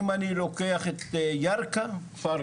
אם אני לוקח את ירכא גם אין.